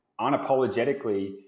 unapologetically